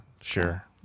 Sure